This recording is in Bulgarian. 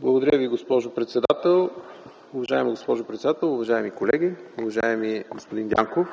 Благодаря Ви, госпожо председател. Уважаема госпожо председател, уважаеми колеги, уважаеми господин Дянков!